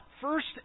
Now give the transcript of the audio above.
first